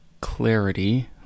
clarity